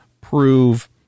prove